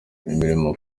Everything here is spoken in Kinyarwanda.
imirimo